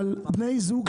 בני זוג,